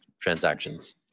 transactions